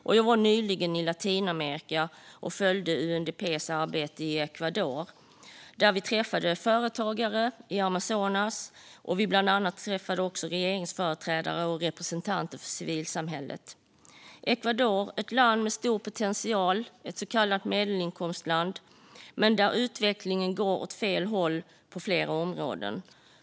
Jag var också nyligen i Latinamerika och följde UNDP:s arbete i Ecuador där vi träffade företagare i Amazonas och också regeringsföreträdare och representanter för civilsamhället. Ecuador är ett land med stor potential, ett så kallat medelinkomstland, men ett land där utvecklingen går åt fel håll på flera områden.